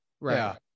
right